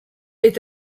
est